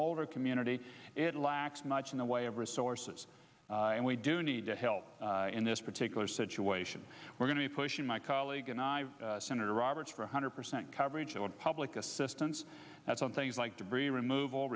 older community it lacks much in the way of resources and we do need to help in this particular situation we're going to be pushing my colleague and senator roberts for one hundred percent coverage on public assistance that's on things like debris removal